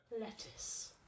Lettuce